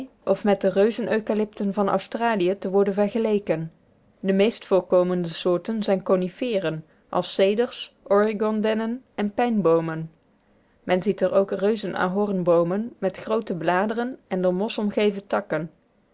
of met de reuzeneucalypten van australië te worden vergeleken de meest voorkomende soorten zijn coniferen als ceders oregon dennen en pijnboomen men ziet er ook reuzenahornboomen met groote bladeren en door mos omgeven takken